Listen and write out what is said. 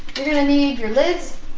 you're going to need your lids,